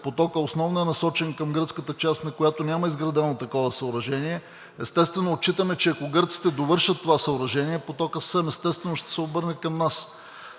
потокът основно е насочен към гръцката част, на която няма изградено такова съоръжение. Естествено, отчитаме, че ако гърците довършат това съоръжение, потокът съвсем естествено ще се обърне към нас.